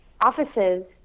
offices